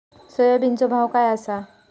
सोयाबीनचो भाव काय आसा?